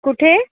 कुठे